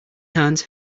hands